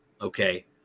Okay